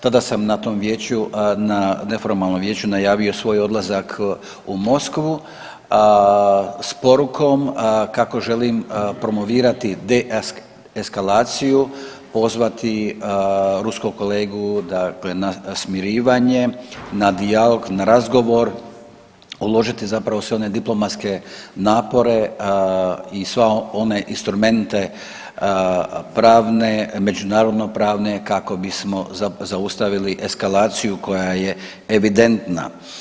Tada sam na tom vijeću, na neformalnom vijeću najavio svoj odlazak u Moskvu s porukom kako želim promovirati deeskalaciju, pozvati ruskog kolegu dakle na smirivanje, na dijalog, na razgovor, uložiti zapravo sve one diplomatske napore i sve one instrumente pravne, međunarodno pravne kako bismo zaustavili eskalaciju koja je evidentna.